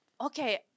okay